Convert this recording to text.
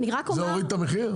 זה הוריד את המחיר?